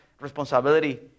responsibility